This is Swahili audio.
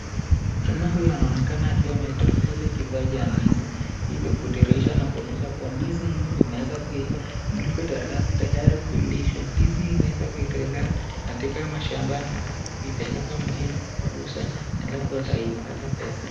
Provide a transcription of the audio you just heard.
Jamaa huyu anaonekana akiwa ametolea ile kifaa cha ndizi ili kudhirisha na kuonyesha kuwa ndizi hizi zimeweza kuiva kuliko tayari kulishwa ndizi hii utolewa katika mashambani ili kupelekwa mjini kuuzwa alafu ataipata pesa.